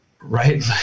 right